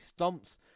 stomps